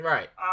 Right